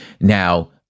now